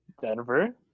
Denver